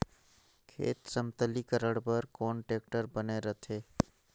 खेत समतलीकरण बर कौन टेक्टर बने रथे?